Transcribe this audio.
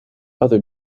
other